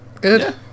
Good